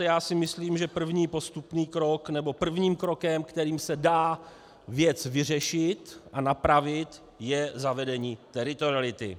Já si myslím, že první postupný krok, nebo prvním krokem, kterým se dá věc vyřešit a napravit, je zavedení teritoriality.